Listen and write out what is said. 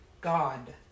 God